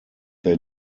they